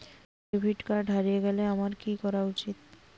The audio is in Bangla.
ডেবিট কার্ড হারিয়ে গেলে আমার কি করা উচিৎ?